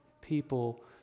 people